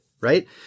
right